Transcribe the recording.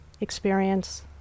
experience